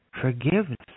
Forgiveness